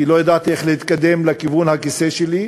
כי לא ידעתי איך להתקדם לכיוון הכיסא שלי.